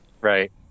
right